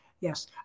Yes